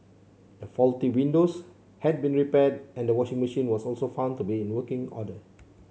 the faulty windows had been repaired and the washing machine was also found to be in working order